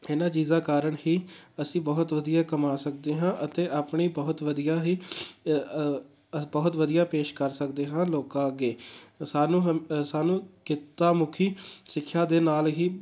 ਇਹਨਾਂ ਚੀਜ਼ਾਂ ਕਾਰਨ ਹੀ ਅਸੀਂ ਬਹੁਤ ਵਧੀਆ ਕਮਾ ਸਕਦੇ ਹਾਂ ਅਤੇ ਆਪਣੀ ਬਹੁਤ ਵਧੀਆ ਹੀ ਬਹੁਤ ਵਧੀਆ ਪੇਸ਼ ਕਰ ਸਕਦੇ ਹਾਂ ਲੋਕਾਂ ਅੱਗੇ ਸਾਨੂੰ ਹਮ ਸਾਨੂੰ ਕਿੱਤਾ ਮੁਖੀ ਸਿੱਖਿਆ ਦੇ ਨਾਲ਼ ਹੀ